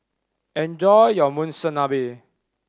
enjoy your Monsunabe